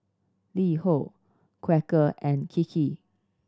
LiHo Quaker and Kiki